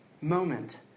moment